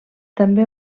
també